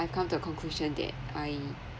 I come to the conclusion that I